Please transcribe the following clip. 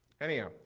Anyhow